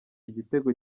igitego